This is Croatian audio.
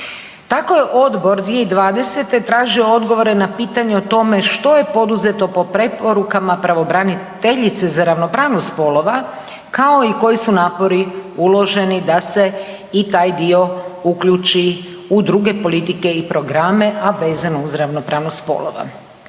Tako je odbor 2020. tražio odgovore na pitanje o tome što je poduzeto po preporukama pravobraniteljice za ravnopravnost spolova kao i koji su napori uloženi da se i taj dio uključi u druge politike i programe, a vezano uz ravnopravnost spolova.